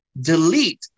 delete